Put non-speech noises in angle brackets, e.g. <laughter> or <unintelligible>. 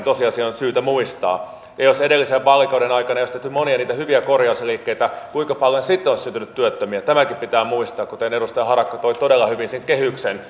<unintelligible> tosiasia on syytä muistaa ja jos edellisen vaalikauden aikana ei olisi tehty monia niitä hyviä korjausliikkeitä kuinka paljon sitten olisi syntynyt työttömiä tämäkin pitää muistaa kuten edustaja harakka otti todella hyvin sen kehyksen <unintelligible>